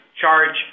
charge